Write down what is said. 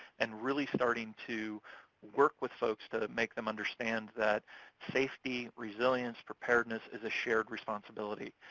and really starting to work with folks to make them understand that safety, resilience, preparedness is a shared responsibility,